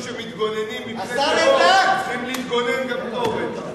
שמתגוננים מפני טרור, צריכים להתגונן גם פה, בטח.